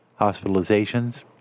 hospitalizations